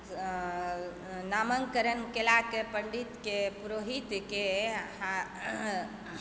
नामाङ्करण कयलाके पण्डितकेँ पुरोहितकेँ